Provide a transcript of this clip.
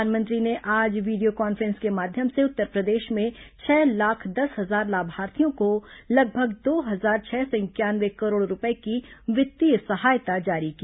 प्रधानमंत्री ने आज वीडियो कॉन्फ्रेंस के माध्यम से उत्तरप्रदेश में छह लाख दस हजार लाभार्थियों को लगभग दो हजार छह सौ इंक्यानवे करोड़ रुपये की वित्तीय सहायता जारी की